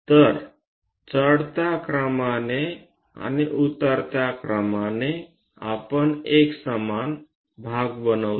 तर चढत्या क्रमाने आणि उतरत्या क्रमाने आपण एक समान भाग बनवतो